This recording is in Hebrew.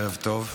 ערב טוב.